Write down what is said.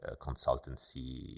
consultancy